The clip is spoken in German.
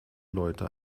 leute